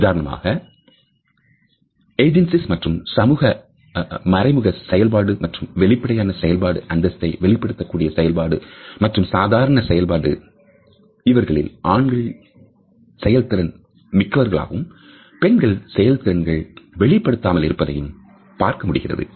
உதாரணமாக ஏஜென்சிஸ் மற்றும் சமூகம் மறைமுக செயல்பாடு மற்றும் வெளிப்படையான செயல்பாடு அந்தஸ்தை வெளிப்படுத்தக்கூடிய செயல்பாடு மற்றும் சாதாரண செயல்பாடு இவர்களில் ஆண்கள் செயல் திறன் மிக்கவர்களாகவும் பெண்கள் செயல் திறன்கள் வெளிப்படுத்தாமல் இருப்பதையும் பார்க்க முடிகிறது